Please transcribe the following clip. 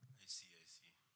I see I see